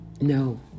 No